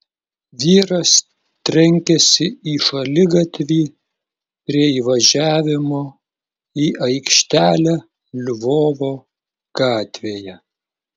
vyras trenkėsi į šaligatvį prie įvažiavimo į aikštelę lvovo gatvėje